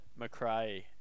McRae